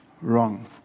wrong